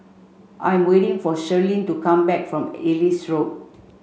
I'm waiting for Shirlene to come back from Ellis Road